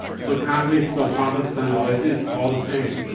so catholics or protestant or atheist all the same.